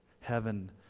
Heaven